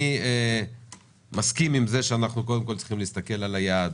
אני מסכים עם זה שאנחנו קודם כול צריכים להסתכל על היעד